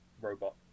robot